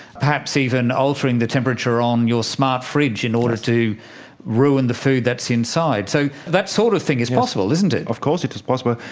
perhaps even altering the temperature on your smart fridge in order to ruin the food that's inside. so that sort of thing is possible, isn't it. of course it is possible.